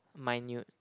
minute